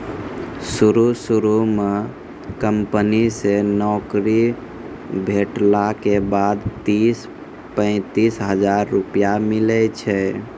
शुरू शुरू म कंपनी से नौकरी भेटला के बाद तीस पैंतीस हजार रुपिया मिलै छै